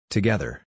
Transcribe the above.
Together